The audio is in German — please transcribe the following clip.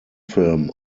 film